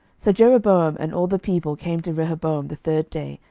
so jeroboam and all the people came to rehoboam the third day,